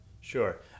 Sure